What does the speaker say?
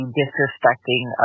disrespecting